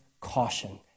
caution